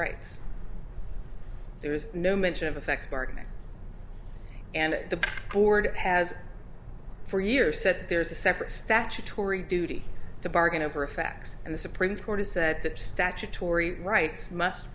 rights there is no mention of effect bargaining and the board has for years said there's a separate statutory duty to bargain over a fax and the supreme court has said that statutory rights must